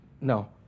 No